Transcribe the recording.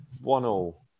one-all